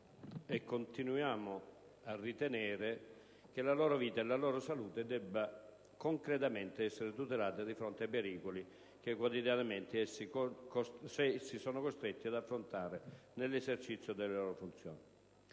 e continuiamo a ritenere, che la loro vita e la loro salute debbano concretamente essere tutelate di fronte ai pericoli che quotidianamente essi sono costretti ad affrontare nell'esercizio delle loro funzioni.